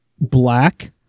black